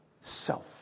self